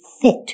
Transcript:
fit